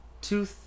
two